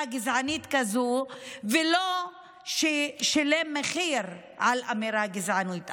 גזענית כזאת ולא ששילם מחיר על אמירה גזענית.